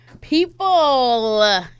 people